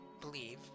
believe